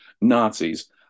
Nazis